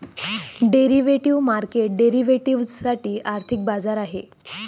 derivative market derivatives साठी एक आर्थिक बाजार आहे